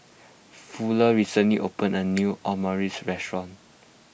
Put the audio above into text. Fuller recently opened a new Omurice restaurant